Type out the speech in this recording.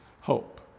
hope